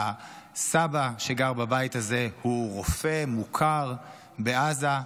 הסבא שגר בבית הזה הוא רופא מוכר בעזה,